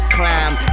climb